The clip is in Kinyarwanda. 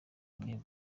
bimwe